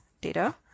data